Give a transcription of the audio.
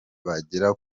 bagera